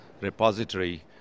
repository